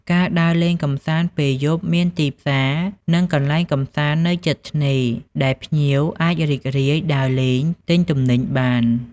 ការដើរលេងកម្សាន្តពេលយប់ មានទីផ្សារ និងកន្លែងកម្សាន្តនៅជិតឆ្នេរ ដែលភ្ញៀវអាចរីករាយដើរលេង ទិញទំនិញបាន។